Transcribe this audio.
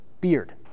beard